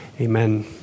amen